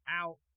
out